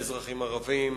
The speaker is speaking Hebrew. ואזרחים ערבים,